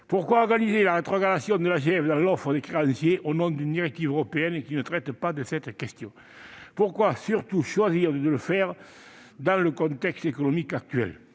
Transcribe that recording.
Pourquoi organiser la rétrogradation de l'AGS dans l'ordre des créanciers au nom d'une directive européenne qui ne traite pas de cette question ? Pourquoi, surtout, choisir de le faire dans le contexte économique actuel ?